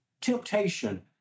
temptation